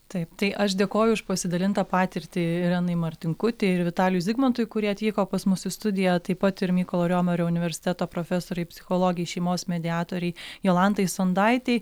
taip tai aš dėkoju už pasidalintą patirtį irenai martinkutei ir vitaliui zigmantui kurie atvyko pas mus į studiją taip pat ir mykolo riomerio universiteto profesorei psichologei šeimos mediatorei jolantai sondaitei